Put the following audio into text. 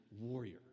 warrior